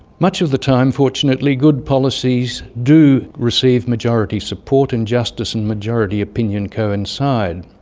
much of the time, fortunately, good policies do receive majority support, and justice and majority opinion coincide.